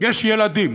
יש ילדים